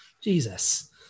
Jesus